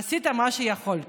עשית מה שיכולת.